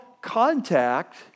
contact